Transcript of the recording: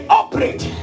operate